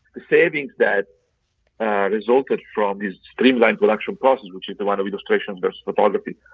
the savings that resulted from this streamlined production process, which is the one of illustrations versus photography.